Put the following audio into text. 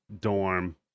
dorm